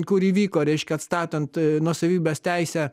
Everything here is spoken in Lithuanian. kur įvyko reiškia atstatant nuosavybės teisę